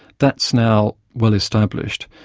that's now well established.